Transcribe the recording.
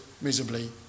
miserably